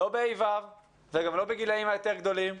לא בכיתות ה'-ו' וגם לא בגילים היותר גדולים.